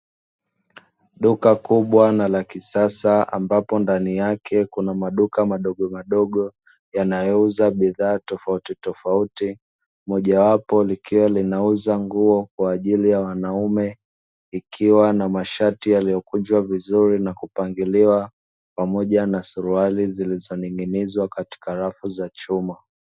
Duka kubwa na la kisasa ambapo ndani yake kuna maduka madogomadogo yanayouza bidhaa tofautitofauti, moja wapo likiwa linauza nguo kwa ajili ya wanaume likiwa na mashati yaliyokunjwa vizuri na kupangilwa, pamoja na suruali zilizoning'inizwa katika rafu ya chuma.